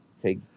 take